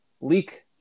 leak